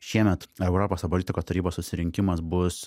šiemet europos arboristikos tarybos susirinkimas bus